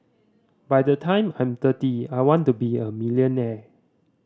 by the time I'm thirty I want to be a millionaire